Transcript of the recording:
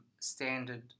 standard